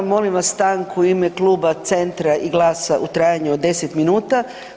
Molim vas stanku u ime Kluba Centra i GLAS-a u trajanju od 10 minuta.